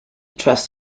trust